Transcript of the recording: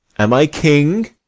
am i king?